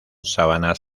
sabanas